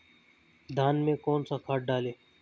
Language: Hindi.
धान में कौन सा खाद डालें?